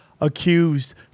accused